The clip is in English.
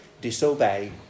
disobey